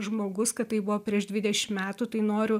žmogus kad tai buvo prieš dvidešim metų tai noriu